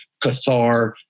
Cathar